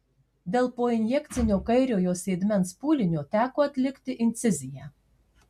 dėl poinjekcinio kairiojo sėdmens pūlinio teko atlikti inciziją